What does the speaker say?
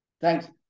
Thanks